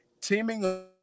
Teaming